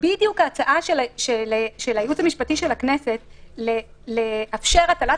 ההצעה של הייעוץ המשפטי של הכנסת לאפשר הטלת